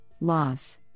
loss